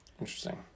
Interesting